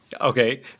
Okay